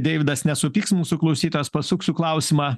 deividas nesupyks mūsų klausytojas pasuksiu klausimą